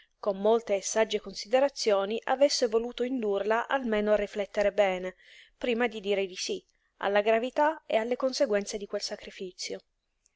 con molte e sagge considerazioni avesse voluto indurla almeno a riflettere bene prima di dire di sí alla gravità e alle conseguenze di quel sacrifizio